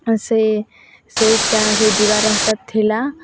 ସେଇ ସେଇଟା ସେଇ ଯିବା ରାସ୍ତଟା ଥିଲା